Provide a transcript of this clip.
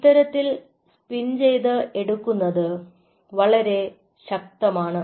ഇത്തരത്തിൽ സ്പിൻ ചെയ്തു എടുക്കുന്നത് വളരെ ശക്തമാണ്